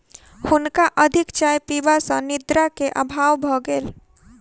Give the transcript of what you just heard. हुनका अधिक चाय पीबा सॅ निद्रा के अभाव भ गेल